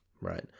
right